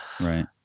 right